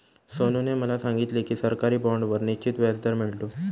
सोनूने मला सांगितले की सरकारी बाँडवर निश्चित व्याजदर मिळतो